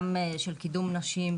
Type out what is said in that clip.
גם של קידום נשים,